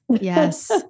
Yes